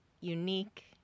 unique